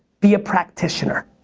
be a practitioner.